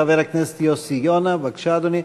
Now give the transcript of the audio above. חבר הכנסת יוסי יונה, בבקשה, אדוני.